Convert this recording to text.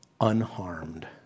unharmed